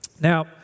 Now